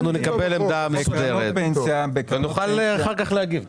אנחנו נקבל עמדה ונוכל להגיב.